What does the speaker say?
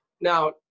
Now